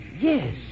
Yes